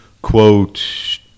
Quote